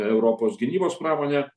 europos gynybos pramone